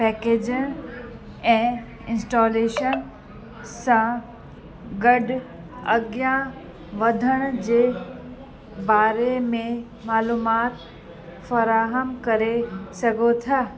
package ऐं installation सां गॾु अॻियां वधण जे बारे में मालूमात फराहम करे सघो था